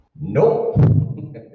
Nope